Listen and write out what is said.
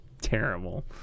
terrible